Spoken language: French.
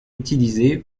utilisé